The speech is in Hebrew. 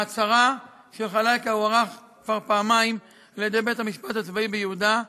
מעצרה של חלאיקה הוארך כבר פעמיים על-ידי בית-המשפט הצבאי ביהודה,